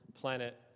planet